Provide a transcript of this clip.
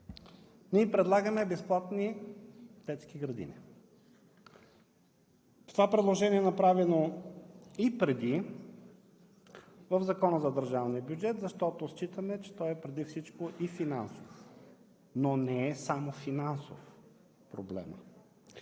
Ние предлагаме безплатни детски градини. Това предложение е направено и преди – в Закона за държавния бюджет, защото считаме, че той е преди всичко и финансов. Но не е само финансов проблем.